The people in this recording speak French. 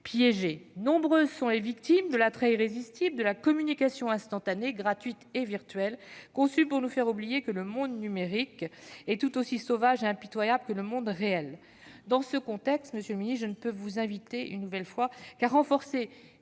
piéger ! Nombreuses sont les victimes de l'attrait irrésistible de la communication instantanée, gratuite et virtuelle conçue pour nous faire oublier que le monde numérique est tout aussi sauvage et impitoyable que le monde réel. Dans ce contexte, monsieur le secrétaire d'État, je ne peux une nouvelle fois que vous